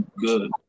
Good